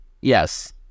yes